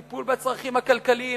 טיפול בצרכים הכלכליים,